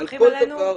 שמתהפכים עלינו.